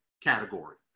category